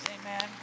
Amen